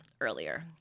earlier